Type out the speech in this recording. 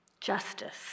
Justice